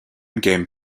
game